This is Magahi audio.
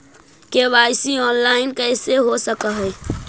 के.वाई.सी ऑनलाइन कैसे हो सक है?